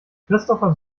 christopher